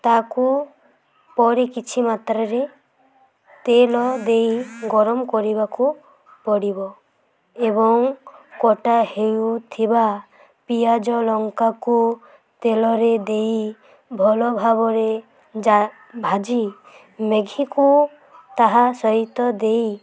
ତାକୁ ପରେ କିଛି ମାତ୍ରାରେ ତେଲ ଦେଇ ଗରମ କରିବାକୁ ପଡ଼ିବ ଏବଂ କଟା ହେଉ ଥିବା ପିଆଜ ଲଙ୍କାକୁ ତେଲରେ ଦେଇ ଭଲ ଭାବରେ ଭାଜି ମ୍ୟାଗିକୁ ତାହା ସହିତ ଦେଇ